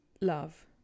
Love